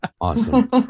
Awesome